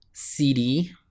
CD